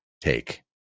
take